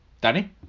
Danny